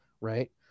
right